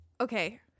okay